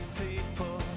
people